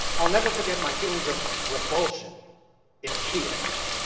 i will never forget my feelings of revulsion in kiev